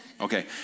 Okay